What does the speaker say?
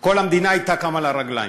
כל המדינה הייתה קמה על הרגליים.